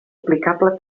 aplicable